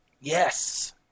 Yes